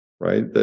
right